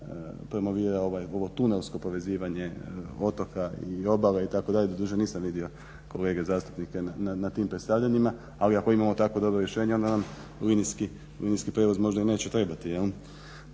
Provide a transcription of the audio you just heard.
promovirao ovo tunelsko povezivanje otoka i obale itd. Doduše nisam vidio kolege zastupnike na tim predstavljanjima, ali ako imamo tako dobro rješenje onda nam linijski prijevoz možda ni neće trebati